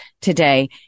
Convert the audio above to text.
today